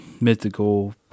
mythical